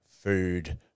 ...food